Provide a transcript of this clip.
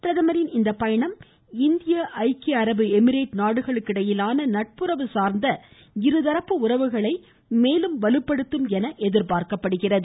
பிரதமரின் இந்த பயணம் இந்திய ஐக்கிய எமிளேட் நாடுகளுக்கிடையேயான நட்புறவு சார்ந்த இருதரப்பு உறவுகளை மேலும் வலுப்படுத்தும் என எதிர்பார்க்கப்படுகிறது